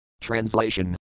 Translation